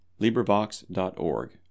LibriVox.org